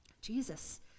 Jesus